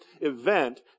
event